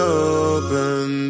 open